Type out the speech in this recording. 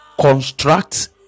construct